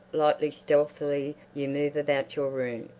lightly, stealthily you move about your room.